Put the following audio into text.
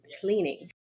cleaning